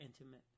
intimate